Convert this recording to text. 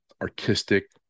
artistic